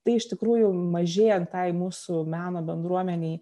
tai iš tikrųjų mažėjant tai mūsų meno bendruomenei